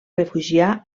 refugiar